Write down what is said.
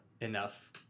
enough